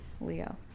Leo